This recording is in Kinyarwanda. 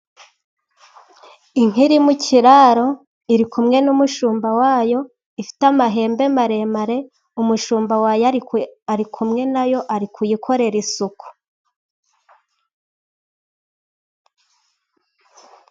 Inka iri mu kiraro iri kumwe n'umushumba wayo, ifite amahembe maremare, umushumba wayo ari kumwe nayo ari kuyikorera isuku.